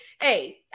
Hey